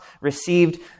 received